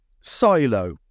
silo